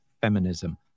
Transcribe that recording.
feminism